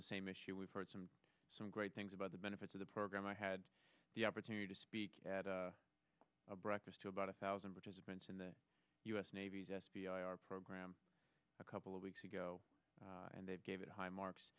the same issue we've heard some some great things about the benefits of the program i had the opportunity to speak at a breakfast to about a thousand participants in the u s navy's s p r program a couple of weeks ago and they gave it high marks